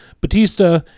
Batista